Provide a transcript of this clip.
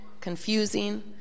confusing